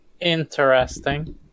Interesting